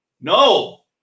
No